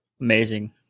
Amazing